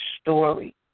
Story